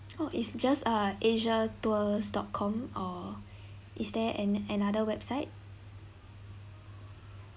oh it's just uh asia tours dot com or is there an another website